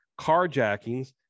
carjackings